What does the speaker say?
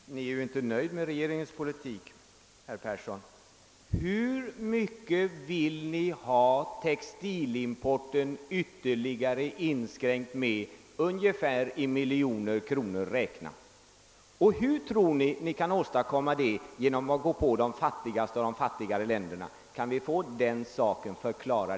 Herr talman! Ni är ju inte nöjd med regeringens politik, herr Persson i Heden. Men ungefär hur mycket vill Ni ha textilimporten ytterligare inskränkt i miljoner kronor räknat? Och hur tror Ni att Ni kan åstadkomma det genom att inrikta Er på de fattigare länderna? Kan vi få den saken förklarad?